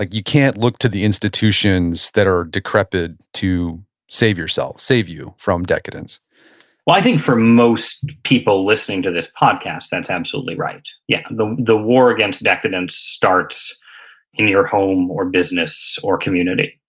like you can't look to the institutions that are decrepit to save yourself, save you from decadence well, i think for most people listening to this podcast, that's absolutely right. yeah and the the war against decadence starts in your home, or business or community.